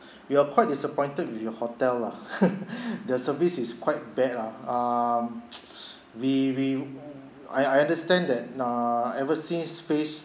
we are quite disappointed your hotel lah their service is quite bad lah um we we w~ I I understand that uh ever since phase